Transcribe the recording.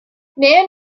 man